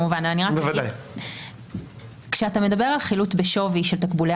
אבל כשאתה מדבר על חילוט בשווי של תקבולי